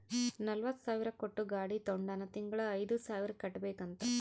ನಲ್ವತ ಸಾವಿರ್ ಕೊಟ್ಟು ಗಾಡಿ ತೊಂಡಾನ ತಿಂಗಳಾ ಐಯ್ದು ಸಾವಿರ್ ಕಟ್ಬೇಕ್ ಅಂತ್